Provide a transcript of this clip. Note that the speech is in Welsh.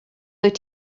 dwyt